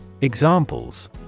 Examples